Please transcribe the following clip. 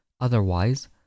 Otherwise